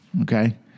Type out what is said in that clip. okay